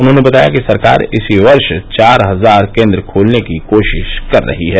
उन्होंने बताया कि सरकार इसी वर्ष चार हजार केन्द्र खोलने की कोशिश कर रही है